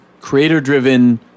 creator-driven